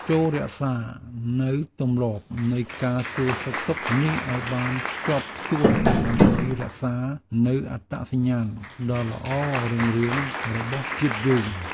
ចូររក្សានូវទម្លាប់នៃការសួរសុខទុក្ខនេះឱ្យបានខ្ជាប់ខ្ជួនដើម្បីរក្សានូវអត្តសញ្ញាណដ៏ល្អរុងរឿងរបស់ជាតិយើង។